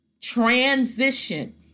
transition